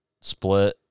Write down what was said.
split